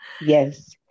Yes